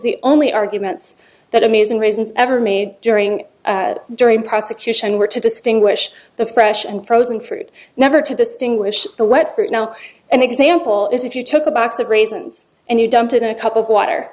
the only arguments that amazing raisins ever made during during prosecution were to distinguish the fresh and frozen fruit never to distinguish the let fruit now an example is if you took a box of raisins and you dumped it in a cup of water